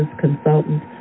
consultant